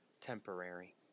temporary